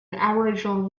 aboriginal